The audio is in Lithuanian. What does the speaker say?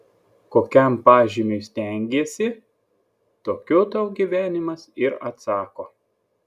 kokiam pažymiui stengiesi tokiu tau gyvenimas ir atsako